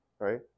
right